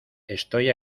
estoy